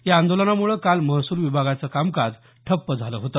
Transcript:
या आंदोलनामुळे काल महसूल विभागाचं कामकाज ठप्प झाल होत